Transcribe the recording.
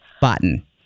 button